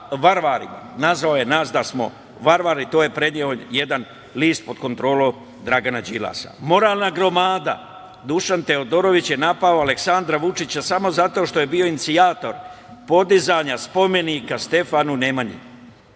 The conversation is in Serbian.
varvarima. Nazvao je nas da smo varvari, to je preneo jedan list pod kontrolom Dragana Đilasa. Moralna gromada Dušan Teodorović je napao Aleksandra Vučića samo zato što je bio inicijator podizanja spomenika Stefanu Nemanji.